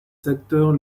secteurs